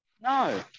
No